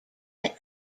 that